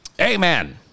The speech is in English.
amen